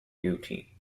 guilty